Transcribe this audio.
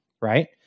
right